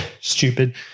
stupid